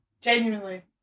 Genuinely